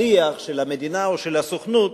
שליח של המדינה או הסוכנות